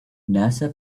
nasa